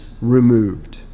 removed